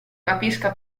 capisca